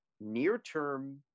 near-term